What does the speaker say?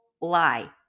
lie